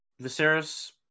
Viserys